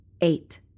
Eight